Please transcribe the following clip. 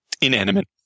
inanimate